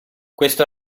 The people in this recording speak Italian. questo